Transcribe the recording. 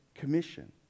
commission